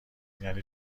یعنی